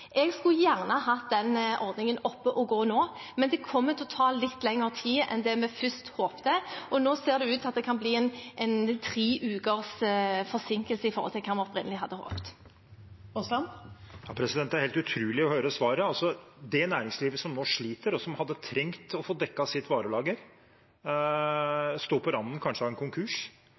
Jeg skulle gjerne hatt den ordningen oppe og gå nå, men det kommer til å ta litt lengre tid enn det vi først håpet. Nå ser det ut til at det kan bli en tre ukers forsinkelse i forhold til hva vi opprinnelig hadde håpet. Terje Aasland – til oppfølgingsspørsmål. Det er helt utrolig å høre svaret. Det næringslivet som nå sliter, og som hadde trengt å få dekket sitt varelager, står kanskje på randen av en konkurs